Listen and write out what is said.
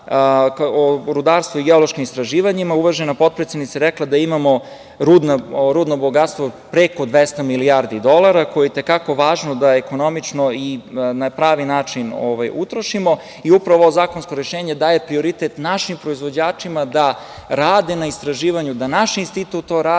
o rudarstvu i geološkim istraživanjima, uvažena potpredsednica je rekla da imamo rudno bogatstvo preko 200 milijardi dolara, koje je i te kako važno da ekonomično i na pravi način utrošimo i upravo ovo zakonsko rešenje daje prioritet našim proizvođačima da rade na istraživanju, da naš institut to radi,